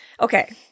Okay